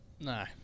No